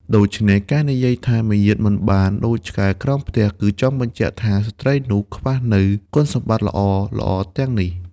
ដូច្នេះ ការនិយាយថាមាយាទមិនបានដូចឆ្កែក្រោមផ្ទះ គឺចង់បញ្ជាក់ថាស្ត្រីនោះខ្វះនូវគុណសម្បត្តិល្អៗទាំងនេះ។